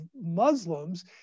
Muslims